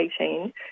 18